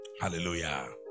Hallelujah